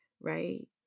right